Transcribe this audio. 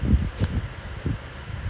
இது வந்து:idhu vandhu like maximum four only